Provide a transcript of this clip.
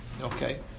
okay